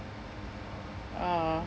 uh